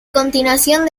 continuación